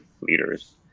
leaders